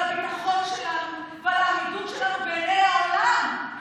על הביטחון שלנו ועל העמידות שלנו בעיני העולם.